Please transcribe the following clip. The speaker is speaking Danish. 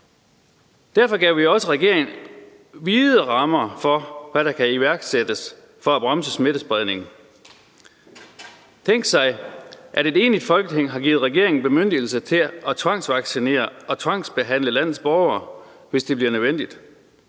Derfor gav vi også regeringen vide rammer for, hvad der kan iværksættes for at bremse smittespredningen. Tænk, at et enigt Folketing har givet regeringen bemyndigelse til at tvangsvaccinere og tvangsbehandle landets borgere, hvis det bliver nødvendigt,